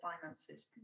finances